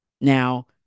Now